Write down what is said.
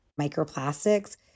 microplastics